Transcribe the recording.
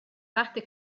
parte